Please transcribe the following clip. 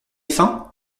faim